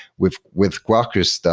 with with quarkus,